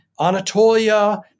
Anatolia